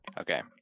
Okay